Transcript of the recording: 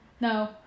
No